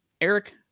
Eric